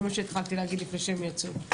זה מה שהתחלתי להגיד לפני שהם יצאו.